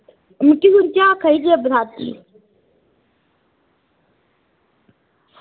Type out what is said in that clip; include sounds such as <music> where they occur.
मिकी सुंचेया आक्खा दी <unintelligible>